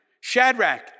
Shadrach